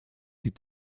been